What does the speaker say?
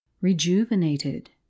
rejuvenated